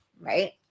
right